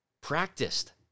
practiced